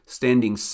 standing